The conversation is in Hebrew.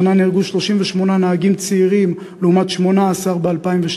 השנה נהרגו 38 נהגים צעירים, לעומת 18 ב-2012.